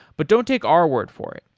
but don't take our word for it,